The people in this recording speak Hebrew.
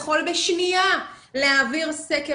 שנוכל להגיע לכל האוכלוסיות שנמצאות במחסור